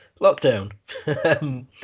Lockdown